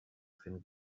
fent